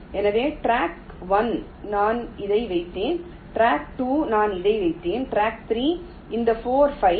எனவே ட்ராக் 1 நான் இதை வைத்தேன் ட்ராக் 2 நான் இதை வைத்தேன் டிராக் 3 இந்த 4 5